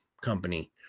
company